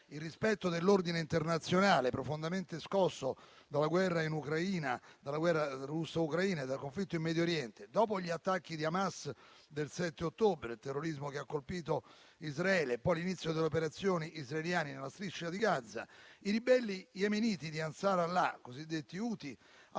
il rispetto dell'ordine internazionale, profondamente scosso dalla guerra russa in Ucraina e dal conflitto in Medio Oriente, dopo gli attacchi terroristici di Hamas del 7 ottobre, il terrorismo che ha colpito Israele, e l'inizio delle operazioni israeliane nella striscia di Gaza, i ribelli yemeniti di Ansar Allah, cosiddetti Houthi, hanno